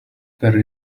there